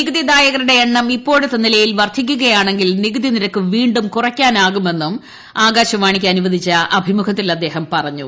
നികുതിദായകരുടെ എണ്ണം ഇപ്പോഴത്തെ നിലയിൽ വർദ്ധിക്കുകയാണെങ്കിൽ നികുതിനിരക്ക് വീണ്ടും കുറയ്ക്കാനാകുമെന്നും ആകാശവാണിക്ക് അനുവദിച്ച അഭിമുഖത്തിൽ അദ്ദേഹം പറഞ്ഞു